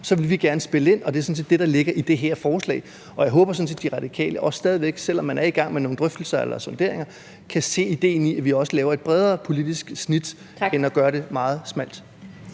så ville vi gerne spille ind. Det er sådan set det, der ligger i det her forslag, og jeg håber, De Radikale også stadig væk, selv om man er i gang med nogle drøftelser eller sonderinger, kan se idéen i, at vi også laver et bredere politisk snit end at gøre det meget smalt.